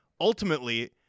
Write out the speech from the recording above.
ultimately